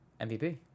MVP